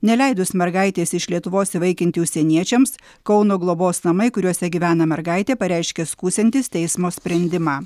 neleidus mergaitės iš lietuvos įvaikinti užsieniečiams kauno globos namai kuriuose gyvena mergaitė pareiškė skųsiantys teismo sprendimą